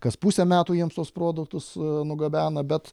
kas pusę metų jiems tuos produktus nugabena bet